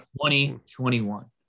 2021